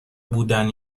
بودن